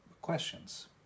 questions